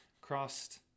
Crossed